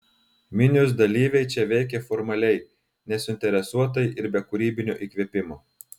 minios dalyviai čia veikė formaliai nesuinteresuotai ir be kūrybinio įkvėpimo